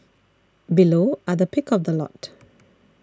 below are the pick of the lot